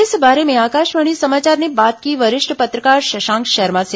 इस बारे में आकाशवाणी समाचार ने बात की वरिष्ठ पत्रकार शशांक शर्मा से